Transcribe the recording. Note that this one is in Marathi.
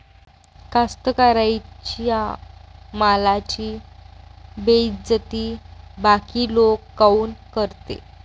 कास्तकाराइच्या मालाची बेइज्जती बाकी लोक काऊन करते?